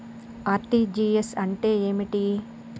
RTGS అంటే ఏమిటి?